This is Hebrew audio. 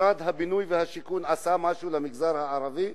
משרד הבינוי והשיכון עשה משהו למגזר הערבי?